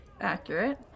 accurate